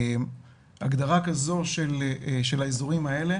שהגדרה כזו של האזורים האלה